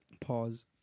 Pause